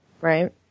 Right